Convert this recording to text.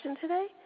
today